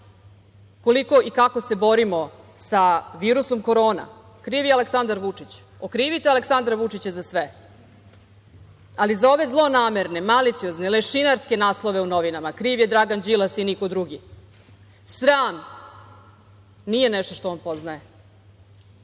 koilko i kako se borimo sa virusom korona kriv je Aleksandar Vučić. Okrivite Aleksandra Vučića za sve. Ali, za ove zlonamerne, maliciozne, lešinarske naslove u novinama, kriv je Dragan Đilas i niko drugi. Sram nije nešto što on poznaje.